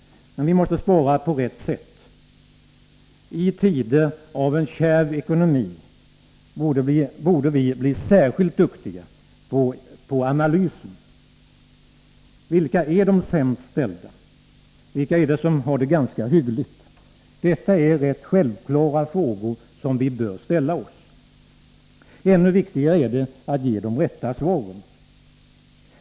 Men vi måste spara på rätt sätt. I tider av kärv ekonomi borde vi bli särskilt duktiga på analysen. Vilka är de sämst ställda? Vilka är det som har det ganska hyggligt? Detta är rätt självklara frågor som vi bör ställa. Ännu viktigare är det att ge de rätta svaren.